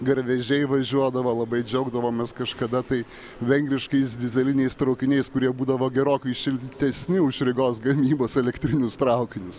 garvežiai važiuodavo labai džiaugdavomės kažkada tai vengriškais dyzeliniais traukiniais kurie būdavo gerokai šiltesni už rygos gamybos elektrinius traukinius